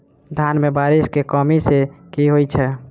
धान मे बारिश केँ कमी सँ की होइ छै?